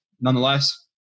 Nonetheless